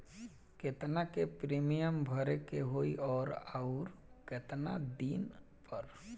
केतना के प्रीमियम भरे के होई और आऊर केतना दिन पर?